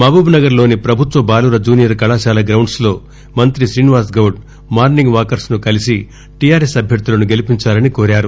మహబూబ్నగర్లోని ప్రభుత్వ బాలుర జూనియర్ కళాశాల గ్రౌండ్స్లో మంఁతి శ్రీనివాస్గౌడ్ మార్నింగ్ వాకర్స్ను కలిసి టీఆర్ఎస్ అభ్యర్లులను గెలిపించాలని కోరారు